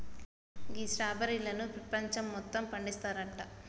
గీ స్ట్రాబెర్రీలను పెపంచం మొత్తం పండిస్తారంట